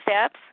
Steps